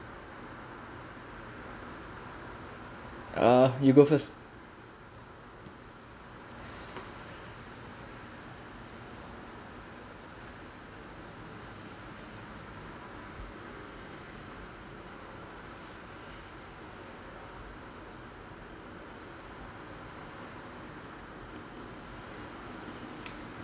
uh you go first